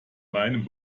meinem